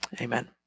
Amen